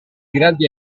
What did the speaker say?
grandi